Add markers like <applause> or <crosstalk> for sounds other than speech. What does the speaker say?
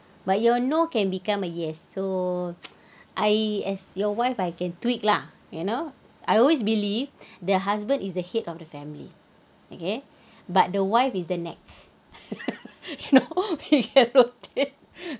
but your no can become a yes so <noise> I as your wife I can tweak lah you know I always believe the husband is the head of the family okay but the wife is the neck <laughs> you know you get what I mean